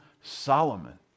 Solomon